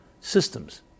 systems